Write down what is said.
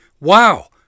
wow